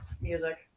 music